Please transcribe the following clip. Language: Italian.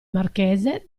marchese